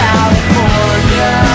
California